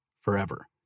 forever